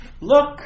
Look